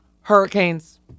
hurricanes